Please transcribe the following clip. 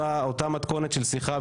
אותה מתכונת של שיחה,